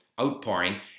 outpouring